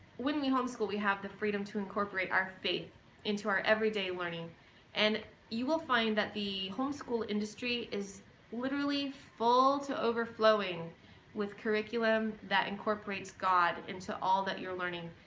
wouldn't we homeschool we have the freedom to incorporate our faith into our everyday learning and you will find that the homeschool industry is literally full to overflowing with curriculum that incorporates god into all that you're learning.